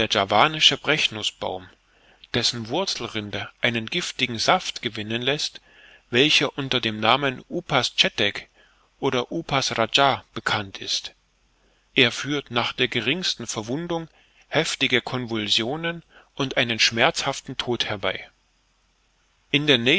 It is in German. javanische brechnußbaum dessen wurzelrinde einen giftigen saft gewinnen läßt welcher unter den namen upas tschettek oder upas radscha bekannt ist er führt nach der geringsten verwundung heftige convulsionen und einen schmerzhaften tod herbei in der